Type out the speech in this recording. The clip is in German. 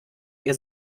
ihr